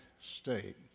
state